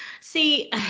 See